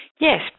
Yes